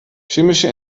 chemische